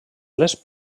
les